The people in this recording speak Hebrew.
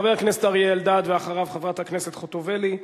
חבר הכנסת אריה אלדד, ואחריו, חברת הכנסת חוטובלי,